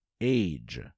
age